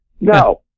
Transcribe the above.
No